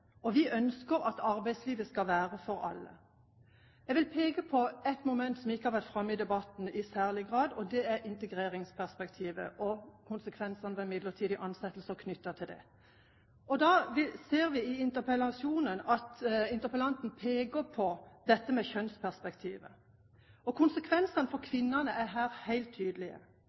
Vi ønsker at arbeidslivet skal være for alle. Jeg vil peke på et moment som ikke har vært framme i debatten i særlig grad, og det er integreringsperspektivet og konsekvensene av midlertidige ansettelser knyttet til det. Vi ser i interpellasjonen at interpellanten peker på dette med kjønnsperspektiv. Konsekvensene for kvinnene er her helt